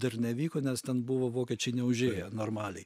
dar nevyko nes ten buvo vokiečiai neužėję normaliai